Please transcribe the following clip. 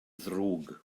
ddrwg